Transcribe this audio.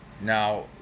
Now